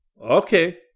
Okay